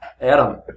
Adam